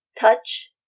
touch